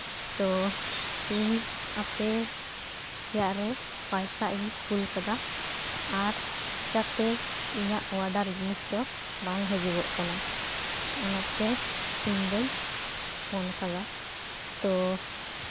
ᱛᱚ ᱤᱧ ᱟᱯᱮ ᱟᱯᱮᱭᱟᱜ ᱨᱮ ᱯᱚᱭᱥᱟ ᱤᱧ ᱠᱩᱞ ᱠᱟᱫᱟ ᱟᱨ ᱪᱤᱠᱟᱛᱮ ᱤᱧᱟᱹᱜ ᱚᱰᱟᱨ ᱡᱤᱱᱤᱥ ᱫᱚ ᱵᱟᱝ ᱦᱤᱡᱩᱜᱚᱜ ᱠᱟᱱᱟ ᱚᱱᱟᱛᱮ ᱤᱧᱫᱚᱧ ᱯᱷᱳᱱ ᱠᱟᱫᱟ ᱛᱚ